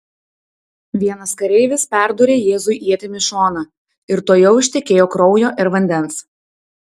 vienas kareivis perdūrė jėzui ietimi šoną ir tuojau ištekėjo kraujo ir vandens